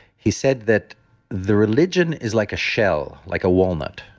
he said that the religion is like a shell, like a walnut.